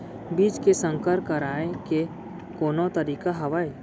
बीज के संकर कराय के कोनो तरीका हावय?